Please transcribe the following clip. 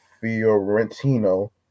Fiorentino